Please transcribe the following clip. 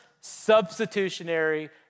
substitutionary